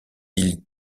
ils